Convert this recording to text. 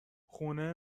خونه